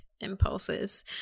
impulses